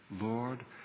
Lord